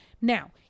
now